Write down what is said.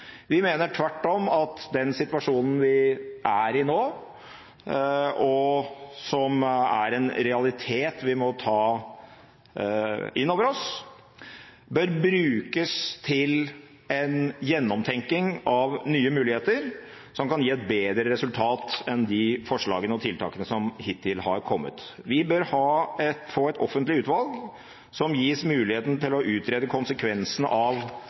Vi mener tvert om at den situasjonen vi er i nå, og som er en realitet vi må ta inn over oss, bør brukes til en gjennomtenkning av nye muligheter som kan gi et bedre resultat enn de forslagene og tiltakene som hittil har kommet. Vi bør få et offentlig utvalg som gis muligheten til å utrede konsekvensene av